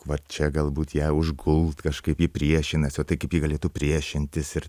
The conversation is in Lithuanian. va čia galbūt ją užgult kažkaip ji priešinasi o tai kaip ji galėtų priešintis ir